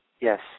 Yes